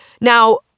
Now